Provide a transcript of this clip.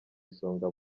isonga